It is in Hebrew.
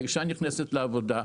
האישה נכנסת לעבודה,